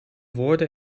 woorden